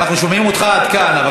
אנחנו שומעים אותך עד כאן.